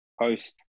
post